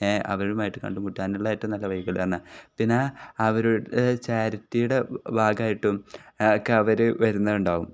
അവരുമായിട്ട് കണ്ട് മുട്ടാനുള്ളതായിട്ട് നല്ല വഴികളാണ് പിന്നെ അവരുടെ ചാരിറ്റിയുടെ ഭാഗമായിട്ടും ഒക്കെ അവർ വരുന്നുണ്ടാകും